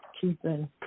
keeping